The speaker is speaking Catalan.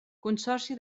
consorci